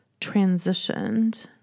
transitioned